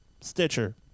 Stitcher